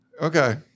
Okay